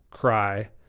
cry